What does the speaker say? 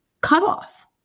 cutoff